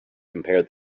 compare